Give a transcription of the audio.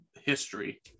history